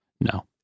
No